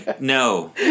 no